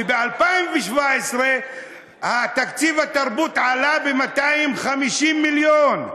ב-2017 תקציב התרבות עלה ב-250 מיליון,